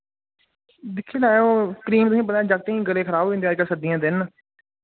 दिक्खी लैएओ क्रीम तुसें पता जागतें ई गले खराब होई जंदे अजकल सर्दियें दे दिन न